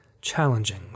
challenging